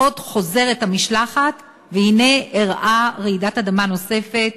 עוד חוזרת המשלחת והנה אירעה רעידת אדמה נוספת,